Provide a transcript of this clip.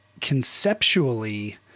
conceptually